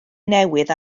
newydd